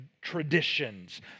traditions